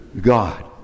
God